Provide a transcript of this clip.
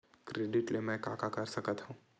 Credit ले मैं का का कर सकत हंव?